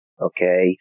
Okay